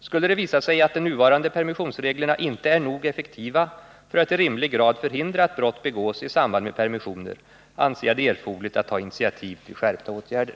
Skulle det visa sig att de nuvarande permissionsreglerna inte är nog effektiva för att i rimlig grad förhindra att brott begås i samband med permissioner, anser jag det erforderligt att ta initiativ till skärpta åtgärder.